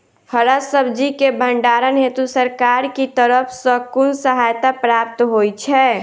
हरा सब्जी केँ भण्डारण हेतु सरकार की तरफ सँ कुन सहायता प्राप्त होइ छै?